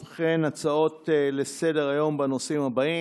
ובכן, הצעות לסדר-היום בנושאים הבאים.